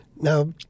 Now